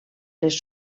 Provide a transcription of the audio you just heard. les